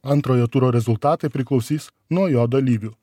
antrojo turo rezultatai priklausys nuo jo dalyvių